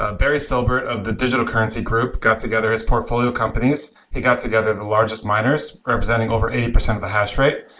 ah barry silbert of the digital currency group got together as portfolio companies. he got together the largest miners representing over eighty percent of the hash rate,